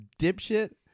dipshit